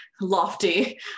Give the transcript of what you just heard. lofty